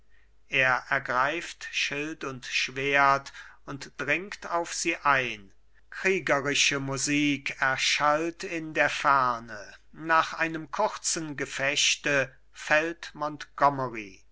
er ergreift schild und schwert und dringt auf sie ein kriegerische musik erschallt in der ferne nach einem kurzen gefechte